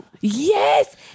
Yes